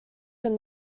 from